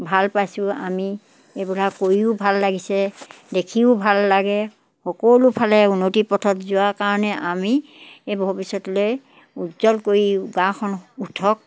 ভাল পাইছোঁ আমি এইবিলাক কৰিও ভাল লাগিছে দেখিও ভাল লাগে সকলো ফালে উন্নতিৰ পথত যোৱাৰ কাৰণে আমি এই ভৱিষ্যতলৈ উজ্জ্বল কৰি গাঁওখন উঠক